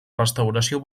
restauració